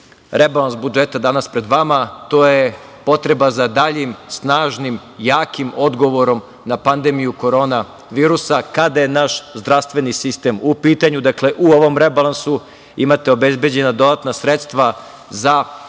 rebalans budžeta danas pred vama, to je potreba za daljim snažnim, jakim odgovorom na pandemiju korona virusa kada je naš zdravstveni sistem u pitanju. Dakle, u ovom rebalansu imate obezbeđena dodatna sredstava za